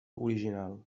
original